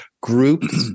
groups